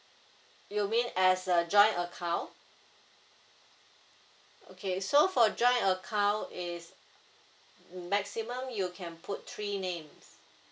you mean as a joint account okay so for joint account is maximum you can put three name